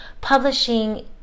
publishing